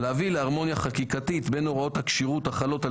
להביא להרמוניה חקיקתית בין הוראות הכשירות החלות על